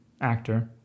actor